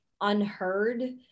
unheard